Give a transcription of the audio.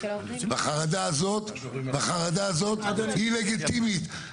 והחרדה הזאת היא לגיטימית.